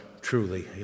truly